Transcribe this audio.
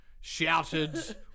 shouted